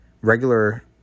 regular